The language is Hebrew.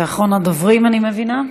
זה אחרון הדוברים, אני מבינה.